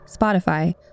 Spotify